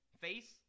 face